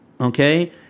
okay